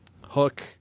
Hook